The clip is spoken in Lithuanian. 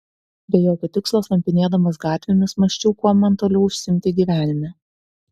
be jokio tikslo slampinėdamas gatvėmis mąsčiau kuom man toliau užsiimti gyvenime